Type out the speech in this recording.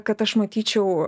kad aš matyčiau